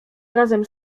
razem